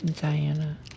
Diana